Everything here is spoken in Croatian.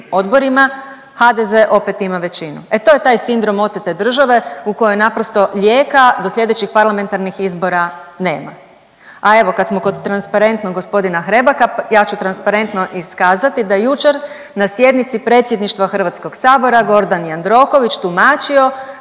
HDZ opet ima većinu. E to je taj sindrom otete države u kojoj naprosto lijeka do slijedećih parlamentarnih izbora nema. A evo kad smo kod transparentnog g. Hrebaka ja ću transparentno iskazati da je jučer na sjednici predsjedništva HS Gordan Jandroković tumačio